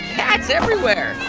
cats everywhere